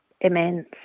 immense